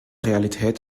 realität